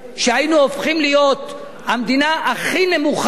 והיינו הופכים להיות המדינה הכי נמוכה